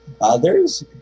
others